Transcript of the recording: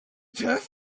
turf